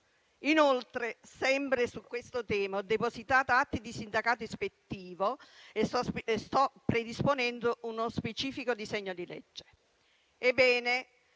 Inoltre, sempre su questo tema, ho depositato atti di sindacato ispettivo e sto predisponendo uno specifico disegno di legge.